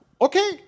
Okay